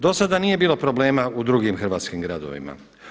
Do sada nije bilo problema u drugim hrvatskim gradovima.